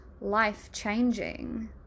life-changing